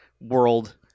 world